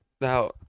now